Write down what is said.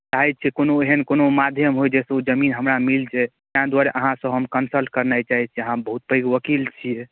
चाहैत छियै कोनो एहन कोनो माध्यम होय जाहिसँ ओ जमीन हमरा मिल जाय तैँ दुआरे अहाँसँ हम कंसल्ट करनाइ चाहैत छी अहाँ बहुत पैघ वकील छियै